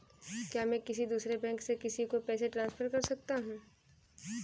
क्या मैं किसी दूसरे बैंक से किसी को पैसे ट्रांसफर कर सकता हूँ?